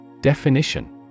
Definition